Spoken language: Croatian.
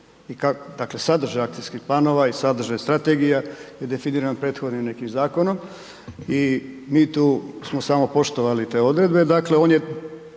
Dakle, sadržaj akcijskih planova i sadržaj strategija je definiran prethodnim nekim zakonom i mi tu smo samo poštovali te odredbe. Dakle, on je